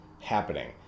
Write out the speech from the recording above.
happening